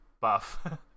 buff